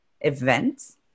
events